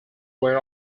were